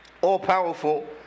all-powerful